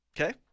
Okay